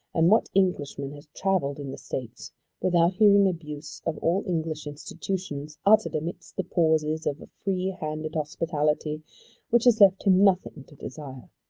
and what englishman has travelled in the states without hearing abuse of all english institutions uttered amidst the pauses of a free-handed hospitality which has left him nothing to desire?